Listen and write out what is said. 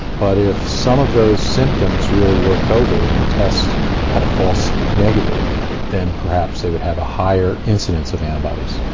but if some of those symptoms really were covid and the tests had a false-negative, then perhaps they would have a higher incidence of antibodies.